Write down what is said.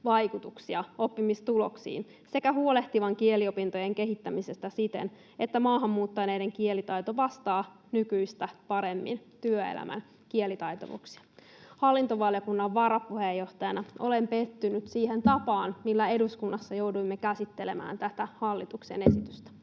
vaikutuksia oppimistuloksiin sekä huolehtivan kieliopintojen kehittämisestä siten, että maahan muuttaneiden kielitaito vastaa nykyistä paremmin työelämän kielitaitovaatimuksia. Hallintovaliokunnan varapuheenjohtajana olen pettynyt siihen tapaan, millä eduskunnassa jouduimme käsittelemään tätä hallituksen esitystä.